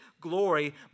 glory